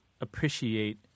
appreciate